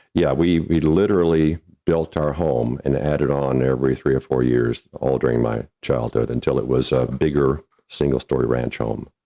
yeah, we we literally built our home and added on every three or four years, all during my childhood until it was ah bigger, single story ranch home.